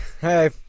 hey